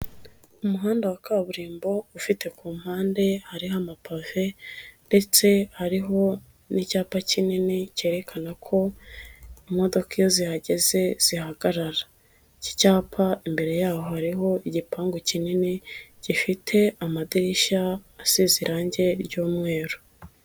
Umuhanda wa kaburimbo ufite ku mpande hariho amapave ndetse hariho n'icyapa kinini cyerekana ko imodoka iyo zihageze zihagarara, iki cyapa imbere y'aho hariho igipangu kinini gifite amadirishya asize irangi ry'umweru.